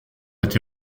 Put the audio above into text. été